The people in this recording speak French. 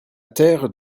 terre